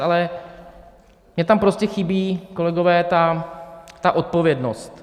Ale mně tam prostě chybí, kolegové, ta odpovědnost.